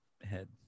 head